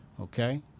Okay